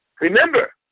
Remember